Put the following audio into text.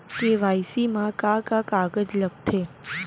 KYC मा का का कागज लगथे?